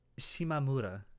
Shimamura